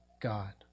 God